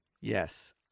Yes